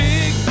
Big